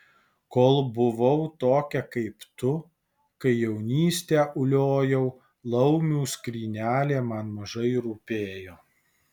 kol buvau tokia kaip tu kai jaunystę uliojau laumių skrynelė man mažai rūpėjo